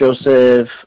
Joseph